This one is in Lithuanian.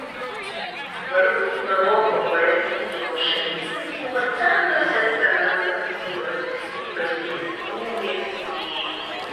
svarbus baroko poetų kūrybos šaltinis buvo senojo testamento knygos ypač giesmių giesmė